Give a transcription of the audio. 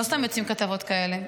לא סתם יוצאות כתבות כאלה.